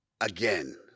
again